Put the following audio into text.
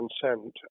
consent